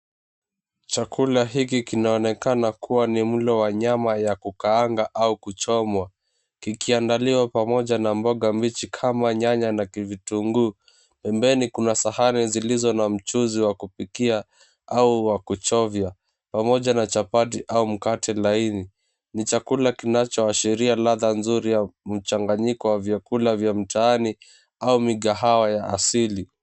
Chakula hiki kinaonekana kua ni mlo wa nyama ya kukaanga au kuchomwa kikiandaliwa pamoja na mboga mbichi kama nyanya na vitunguu. Pembeni kuna sahani zilizo na mchuzi wa kupikia au wa kuchovya pamoja na chapati au mkate laini. Ni chakula kinachoashiria ladha nzuri ya mchanganyiko wa vyakula vya mtaani au mikahawa ya asili.